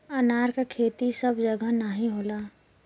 अनार क खेती सब जगह नाहीं होला